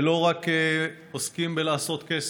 ולא רק עוסקים בלעשות כסף.